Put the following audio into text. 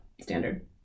standard